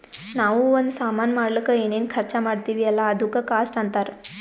ನಾವೂ ಒಂದ್ ಸಾಮಾನ್ ಮಾಡ್ಲಕ್ ಏನೇನ್ ಖರ್ಚಾ ಮಾಡ್ತಿವಿ ಅಲ್ಲ ಅದುಕ್ಕ ಕಾಸ್ಟ್ ಅಂತಾರ್